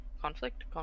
Conflict